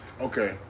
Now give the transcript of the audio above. Okay